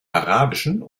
arabischen